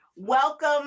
Welcome